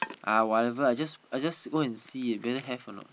ah whatever I just I just go and see whether have or not